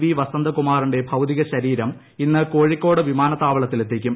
V വസന്തകുമാറിന്റെ ഭൌതിക ശരീരം ഇന്ന് കോഴിക്കോട് വിമാനത്താവളത്തിൽ എത്തിക്കും